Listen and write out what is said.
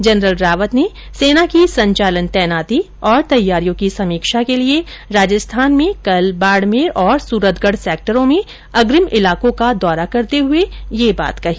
general Rawat ने सेना की संचालन तैनाती और तैयारियों की समीक्षा के लिए राजस्थान में कल बाड़मेर और सुरतगढ़ सेक्टरों में अग्रिम इलाकों का दौरा करते हुए यह बात कही